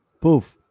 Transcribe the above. poof